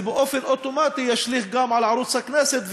זה באופן אוטומטי ישליך גם על ערוץ הכנסת,